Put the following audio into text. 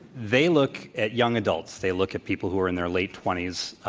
they look at young adults. they look at people who are in their late twenty s.